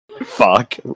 Fuck